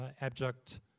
abject